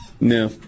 No